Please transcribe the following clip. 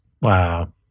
Wow